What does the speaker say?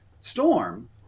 storm